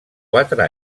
quatre